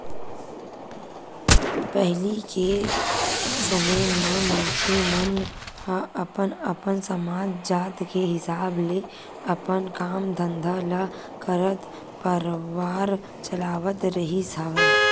पहिली के समे म मनखे मन ह अपन अपन समाज, जात के हिसाब ले अपन काम धंधा ल करत परवार चलावत रिहिस हवय